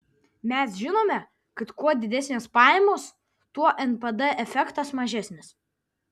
mes žinome kad kuo didesnės pajamos tuo npd efektas mažesnis